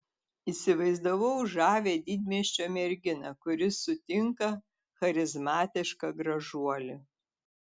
įsivaizdavau žavią didmiesčio merginą kuri sutinka charizmatišką gražuolį